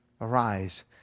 arise